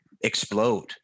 explode